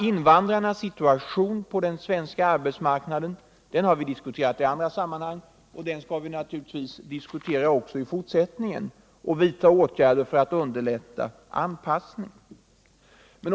Invandrarnas situation på den svenska arbetsmarknaden har vi diskuterat i andra sammanhang, och den skall vi naturligtvis diskutera också i fortsättningen och vidta åtgärder för att underlätta anpassningen.